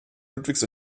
ludwigs